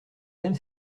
même